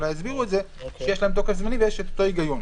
יסבירו את זה שיש להם תוקף זמני ויש את אותו היגיון.